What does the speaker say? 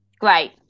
Great